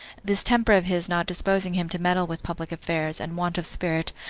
this temper of his not disposing him to meddle with public affairs, and want of spirit,